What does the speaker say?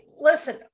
Listen